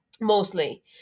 mostly